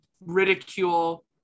ridicule